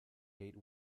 eight